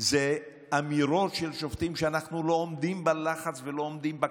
זה אמירות של שופטים: אנחנו לא עומדים בלחץ ולא עומדים בקצב.